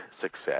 success